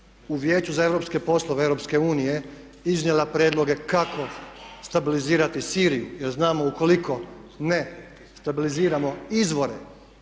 u Vijeću za europske poslove EU iznijela prijedloge kako stabilizirati Siriju. Jer znamo ukoliko ne stabiliziramo izvore